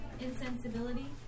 insensibility